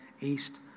east